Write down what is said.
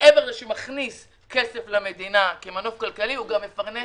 מעבר לזה שהוא מכניס כסף למדינה כמנוף כלכלי הוא גם מפרנס